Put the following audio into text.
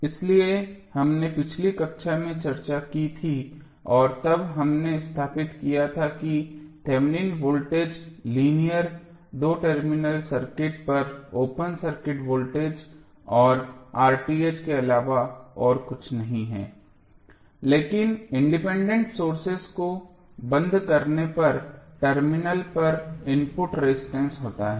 इसलिए हमने पिछली कक्षा में चर्चा की थी और तब हमने स्थापित किया था कि थेवेनिन वोल्टेज लीनियर दो टर्मिनल सर्किट पर ओपन सर्किट वोल्टेज और के अलावा और कुछ नहीं है लेकिन इंडिपेंडेंट सोर्सेज को बंद करने पर टर्मिनल पर इनपुट रेजिस्टेंस होता है